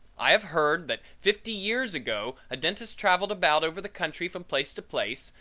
i have heard that fifty years ago a dentist traveled about over the country from place to place,